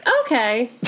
Okay